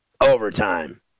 overtime